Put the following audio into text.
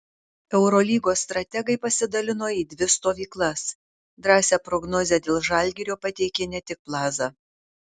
eurolygos strategai pasidalino į dvi stovyklas drąsią prognozę dėl žalgirio pateikė ne tik plaza